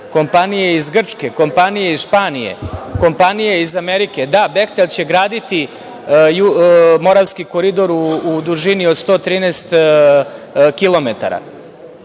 kompanije iz Grčke, kompanije iz Španije, kompanije iz Amerike. Da, „Behtel“ će graditi Moravski koridor u dužini od 113